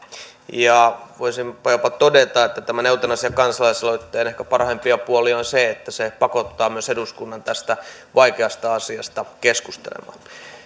ja voisinpa jopa todeta että tämän eutanasia kansalaisaloitteen ehkä parhaimpia puolia on se että se pakottaa myös eduskunnan tästä vaikeasta asiasta keskustelemaan